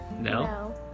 No